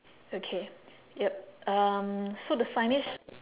okay yup um so the signage